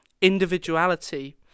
individuality